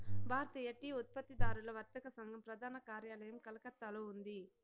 భారతీయ tea ఉత్పత్తిదారుల వర్తక సంఘం ప్రధాన కార్యాలయం కలకత్తాలో ఉంది